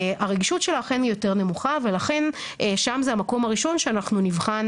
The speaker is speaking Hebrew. הרגישות שלה אכן יותר נמוכה ולכן שם זה המקום הראשון שאנחנו נבחן